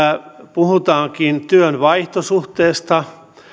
puhutaankin työn vaihtosuhteesta